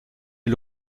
est